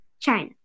China